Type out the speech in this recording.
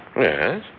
Yes